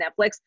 Netflix